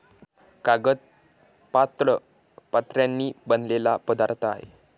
कागद पातळ पत्र्यांनी बनलेला पदार्थ आहे